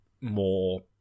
more